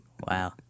Wow